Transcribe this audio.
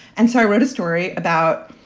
and so i wrote a story about,